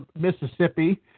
Mississippi